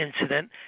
incident